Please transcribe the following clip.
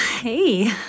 Hey